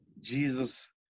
Jesus